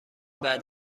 بعد